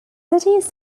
cities